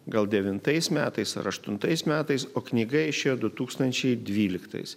gal devintais metais ar aštuntais metais o knyga išėjo du tūkstančiai dvyliktais